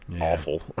awful